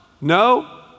No